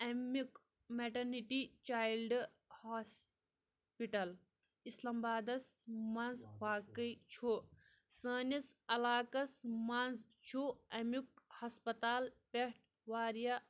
اَمیُک maternity child hospital اِسلامبادَس منٛز واقع چھُ سٲنِس علاقس منٛز چھُ اَمیُک ہسپَتال پٮ۪ٹھ واریاہ